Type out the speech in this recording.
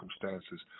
circumstances